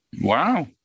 Wow